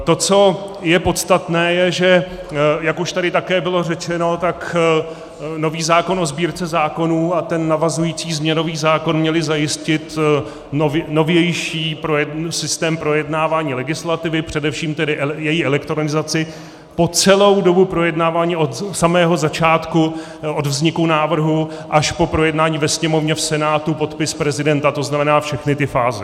To, co je podstatné, je, jak už tady také bylo řečeno, že nový zákon o Sbírce zákonů a ten navazující změnový zákon měly zajistit novější systém projednávání legislativy, především její elektronizaci, po celou dobu projednávání od samého začátku, od vzniku návrhu až po projednání ve sněmovně, v Senátu, podpis prezidenta, tzn. všechny fáze.